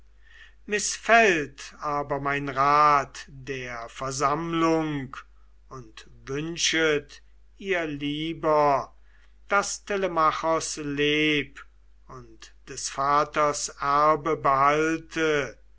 mißfällt aber mein rat der versammlung und wünschet ihr lieber daß telemachos leb und des vaters erbe behalte